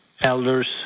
elders